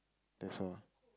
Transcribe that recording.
that's all